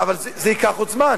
אבל זה ייקח עוד זמן.